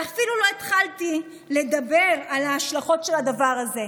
ואפילו לא התחלתי לדבר על ההשלכות של הדבר הזה.